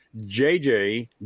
jj